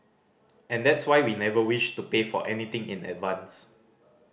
and that's why we never wished to pay for anything in advance